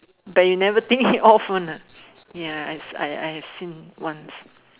that you never think of one lah ya yes I have seen once